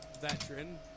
veteran